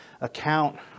account